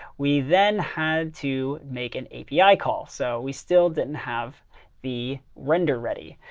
we then had to make an api call. so we still didn't have the render ready.